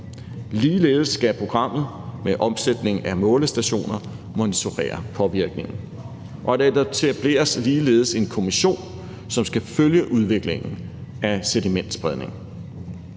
Ligeledes skal programmet ved opsætning af målestationer monitorere påvirkningen. Der etableres ligeledes en kommission, som skal følge udviklingen af sedimentspredningen.